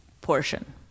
portion